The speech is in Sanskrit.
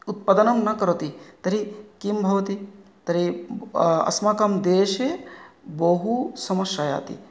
उत्पादनं न करोति तर्हि किं भवति तर्हि अस्माकं देशे बहु समुश्रयाति